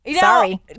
Sorry